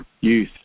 youth